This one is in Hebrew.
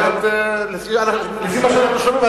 ולפי מה שאנחנו שומעים,